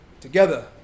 together